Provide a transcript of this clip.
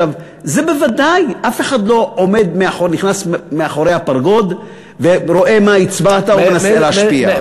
אבל בוודאי אף אחד לא נכנס מאחורי הפרגוד ורואה מה הצבעת ומנסה להשפיע.